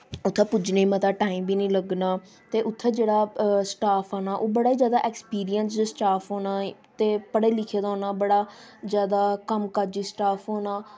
उत्थें पुज्जने गी मती टाईम बी नी लग्गना ते उत्थें जेह्ड़ा स्टॉफ आना ओह् बड़ा जादा ऐक्सपिरिंसड स्टॉफ होना ते पढ़े लिखे दा होना बड़ा जादा कम्म काज़ी स्टॉफ होना